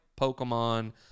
Pokemon